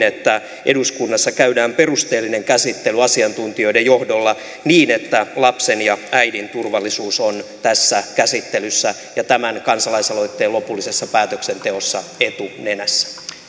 että eduskunnassa käydään perusteellinen käsittely asiantuntijoiden johdolla niin että lapsen ja äidin turvallisuus on tässä käsittelyssä ja tämän kansalaisaloitteen lopullisessa päätöksenteossa etunenässä